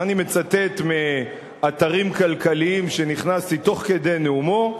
ואני מצטט מאתרים כלכליים שנכנסתי אליהם תוך כדי נאומו: